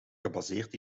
gebaseerd